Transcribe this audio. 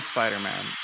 Spider-Man